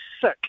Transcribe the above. sick